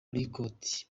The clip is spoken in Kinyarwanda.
record